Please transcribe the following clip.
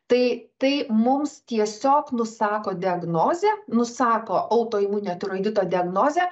tai tai mums tiesiog nusako diagnozę nusako autoimuninio tiroidito diagnozę